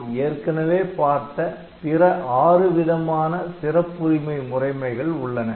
நாம் ஏற்கனவே பார்த்த பிற ஆறு விதமான சிறப்புரிமை முறைமைகள் உள்ளன